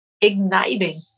igniting